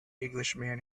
englishman